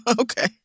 okay